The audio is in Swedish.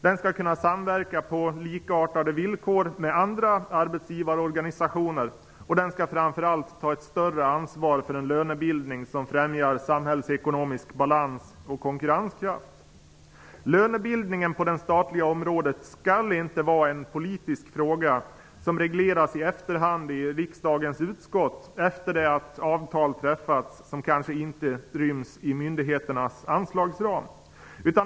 Den skall kunna samverka på likartade villkor med andra arbetsgivarorganisationer. Den skall framför allt ta ett större ansvar för en lönebildning som främjar samhällsekonomisk balans och konkurrenskraft. Lönebildningen på det statliga området skall inte vara en politisk fråga, som regleras i efterhand i riksdagens utskott efter det att avtal träffats som kanske inte ryms i myndigheternas anslagsram.